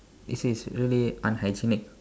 this is really unhygienic